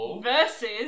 versus